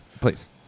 Please